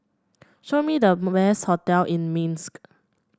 show me the hotel in Minsk